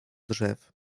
drzew